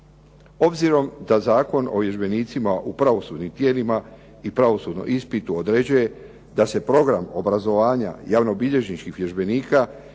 Obzirom da Zakon o vježbenicima u pravosudnim tijelima i pravosudnom ispitu određuje da se program obrazovanja javnobilježničkih vježbenika